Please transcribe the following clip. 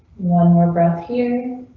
one more breath here.